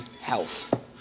health